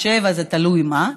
67, תלוי מה,